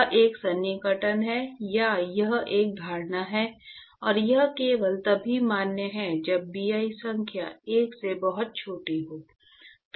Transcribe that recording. यह एक सन्निकटन है या यह एक धारणा है और यह केवल तभी मान्य है जब Bi संख्या 1 से बहुत छोटी हो